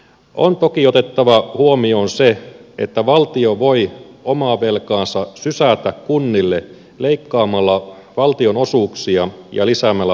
on toki otettava huomioon se että valtio voi omaa velkaansa sysätä kunnille leikkaamalla valtionosuuksia ja lisäämällä vastuita